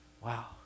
Wow